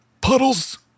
puddles